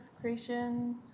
creation